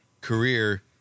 career